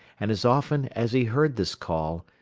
and as often as he heard this call,